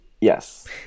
Yes